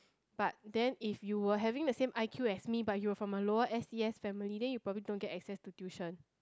but then if you will having the same I_Q as me but you are from a lower S_E_S family then you probably don't get access to tuition